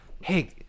hey